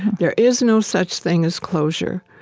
there is no such thing as closure.